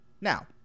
Now